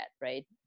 right